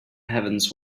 heavens